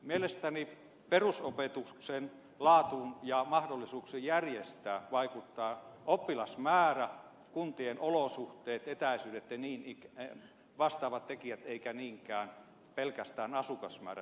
mielestäni perusopetuksen laatuun ja mahdollisuuksiin järjestää perusopetusta vaikuttavat oppilasmäärä kuntien olosuhteet etäisyydet ja vastaavat tekijät eikä niinkään pelkästään asukasmäärä